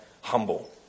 humble